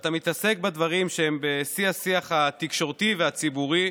ואתה מתעסק בדברים שהם בשיא השיח התקשורתי והציבורי.